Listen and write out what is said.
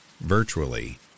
virtually